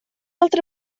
altra